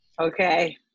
Okay